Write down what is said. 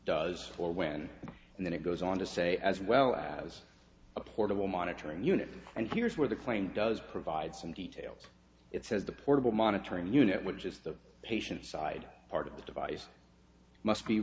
does or when and then it goes on to say as well as a portable monitoring unit and here's where the claim does provide some details it says the portable monitoring unit which is the patient side part of the device must be